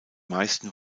meisten